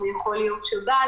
זה יכול להיות שבת,